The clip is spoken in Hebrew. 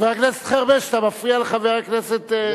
חבר הכנסת חרמש, אתה מפריע לחבר הכנסת בר-און.